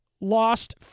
lost